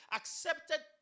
accepted